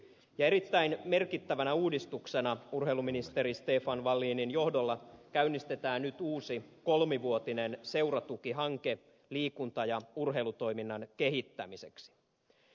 erittäin merkittävänä uudistuksena urheiluministeri stefan wallinin johdolla käynnistetään nyt uusi kolmivuotinen seuratukihanke liikunta ja urheilutoiminnan kehittämiseksi